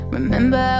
Remember